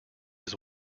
his